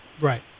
Right